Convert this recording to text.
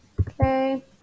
Okay